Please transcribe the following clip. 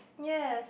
yes